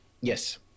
Yes